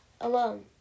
alone